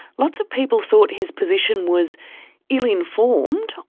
lots of people thought his position was ill-informed,